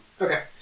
Okay